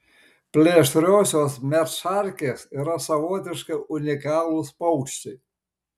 plėšriosios medšarkės yra savotiškai unikalūs paukščiai